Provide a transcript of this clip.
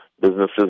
businesses